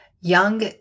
young